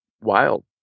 wild